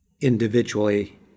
individually